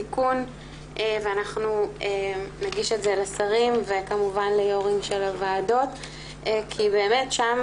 תיקון ואנחנו נגיש את זה לשרים וכמובן ליו"רים של הוועדות כי באמת שם